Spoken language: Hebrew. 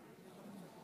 ברשותכם,